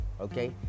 Okay